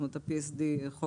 ה-PSD.